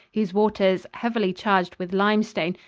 whose waters, heavily charged with limestone,